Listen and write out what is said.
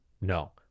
No